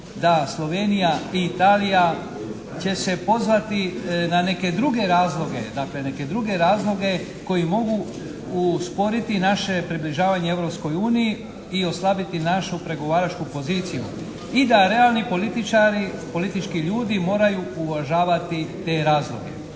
da Slovenija i Italija će se pozvati na neke druge razloge, dakle neke druge razloge koji mogu usporiti naše približavanje Europskoj uniji i oslabiti našu pregovaračku poziciju i da realni političari, politički ljudi moraju uvažavati te razloge.